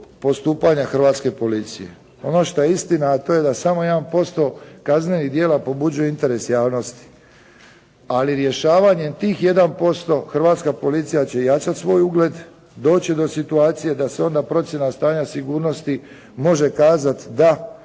postupanja Hrvatske policije. Ono što je istina, a to je da samo 1% kaznenih djela pobuđuje interes javnosti. Ali rješavanjem tih 1% Hrvatska policija će jačat svoj ugled, doći će do situacije da se onda procjena stanja sigurnosti može kazati da